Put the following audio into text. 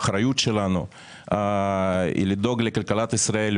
האחריות שלנו היא לדאוג לכלכלת ישראל,